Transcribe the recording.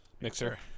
mixer